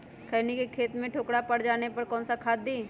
खैनी के खेत में ठोकरा पर जाने पर कौन सा खाद दी?